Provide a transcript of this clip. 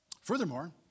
Furthermore